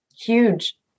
Huge